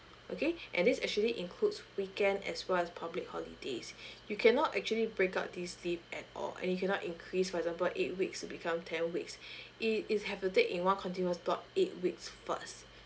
okay and this actually includes weekend as well as public holidays you cannot actually break up this leave at all and you cannot increase for example eight weeks to become ten weeks it it have to take in one continuous block eight weeks first